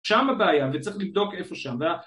שם הבעיה וצריך לבדוק איפה שם